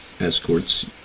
escorts